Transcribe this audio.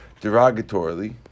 derogatorily